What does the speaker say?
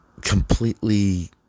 completely